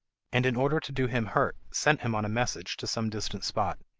and in order to do him hurt sent him on a message to some distant spot.